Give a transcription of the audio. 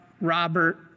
Robert